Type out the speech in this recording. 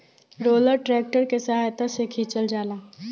roller tractor के सहायता से खिचल जाला